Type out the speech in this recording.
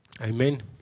Amen